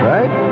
Right